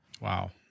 Wow